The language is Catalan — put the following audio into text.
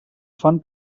fan